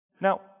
Now